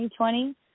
2020